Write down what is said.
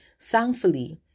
Thankfully